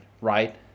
right